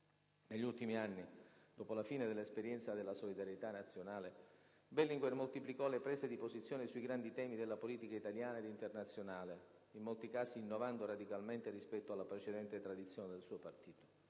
Negli ultimi anni, dopo la fine dell'esperienza della solidarietà nazionale, Berlinguer moltiplicò le prese di posizione sui grandi temi della politica italiana ed internazionale, in molti casi innovando radicalmente rispetto alla precedente tradizione del suo partito: